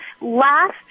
last